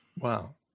Wow